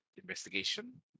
Investigation